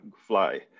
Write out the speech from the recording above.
fly